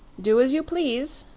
do as you please!